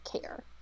care